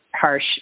harsh